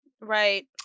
Right